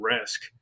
risk